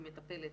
היא מטפלת